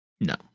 No